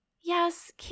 Yes